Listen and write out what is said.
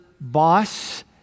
boss